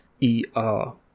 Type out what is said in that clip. E-R